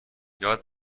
یاد